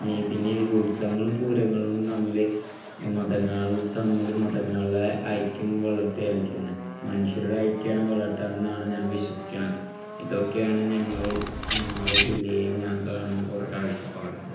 ഈ പിന്നെ ഈ ഉത്സവങ്ങളും പൂരങ്ങളും തമ്മിൽ മതങ്ങൾ തമ്മിലും മതങ്ങളെ ഐക്യം വളർത്തുകയല്ലേ ചെയ്യുന്നത് മനുഷ്യരുടെ ഐക്യമാണ് വളർത്തുക ആണെന്നാണ് ഞാൻ വിശ്വസിക്കുന്നത് ഇതൊക്കെയാണ് ഞങ്ങൾ ഞങ്ങളെ ജില്ലയിൽ ഞാൻ കാണുന്ന കുറേ കാഴ്ചപ്പാടുകൾ